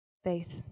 Faith